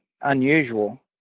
unusual